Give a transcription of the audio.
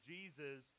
Jesus